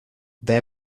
their